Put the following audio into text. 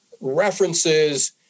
references